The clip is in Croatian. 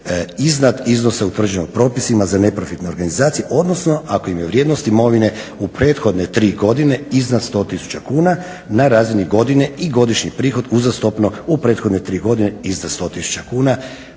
iznad iznos utvrđenog propisima za neprofitne organizacije, odnosno ako im je vrijednost imovine u prethodne tri godine iznad 100 tisuća kuna na razini godine i godišnji prihod uzastopno u prethodne tri godine iznad 100 tisuća kuna.